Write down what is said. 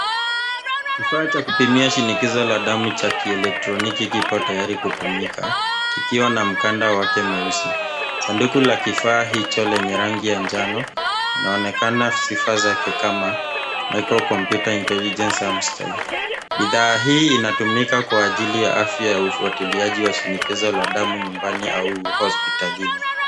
Kifaa cha kupimia shinikizo la damu cha kielektroniki kipo tayari kutumika, kikiwa na mkanda wake mweusi. Sanduku la kifaa hicho lenye rangi ya jano, linaonekana sifa zake kama Microcomputer Intelligent Arm Style. Bidhaa hii inatumika kwa ajili ya afya ya ufuatiliaji wa shinikizo la damu nyumbani au hospitalini.